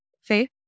faith